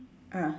ah